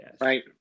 Right